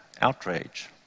outrage